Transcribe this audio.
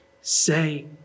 say